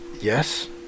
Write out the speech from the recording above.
Yes